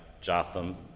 Jotham